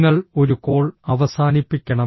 നിങ്ങൾ ഒരു കോൾ അവസാനിപ്പിക്കണം